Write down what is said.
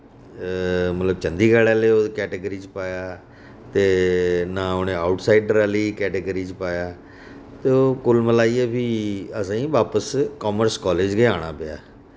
मतलब चंडीगढ़ आह्ली केटेगरी च पाया ते ना उ'नें आउटसाइडर आह्ली केटेगरी च पाया ते ओह् कुल्ल मलाइयै फ्ही असें वापस कामर्स कालेज गै आना पेआ